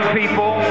people